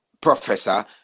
professor